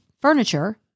furniture